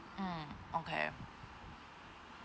mm okay